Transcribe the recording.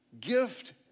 Gift